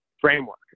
framework